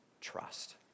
trust